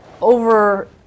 over